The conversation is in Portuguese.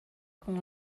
com